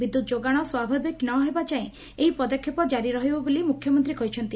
ବିଦ୍ୟୁତ୍ ଯୋଗାଶ ସ୍ୱାଭାବିକ ନ ହେବା ଯାଏଁ ଏହି ପଦକ୍ଷେପ ଜାରି ରହିବ ବୋଲି ମୁଖ୍ୟମନ୍ତୀ କହିଛନ୍ତି